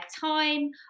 time